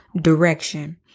direction